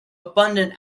abundant